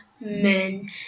men